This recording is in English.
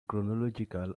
chronological